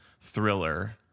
thriller